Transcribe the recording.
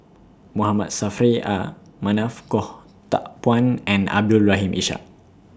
Mohamad Saffri A Manaf Goh Teck Phuan and Abdul Rahim Ishak